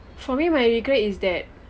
for me my regret is that